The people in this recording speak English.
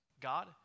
God